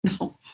no